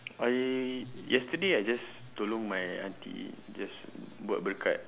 I yesterday I just tolong my aunty just buat berkat